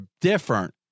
different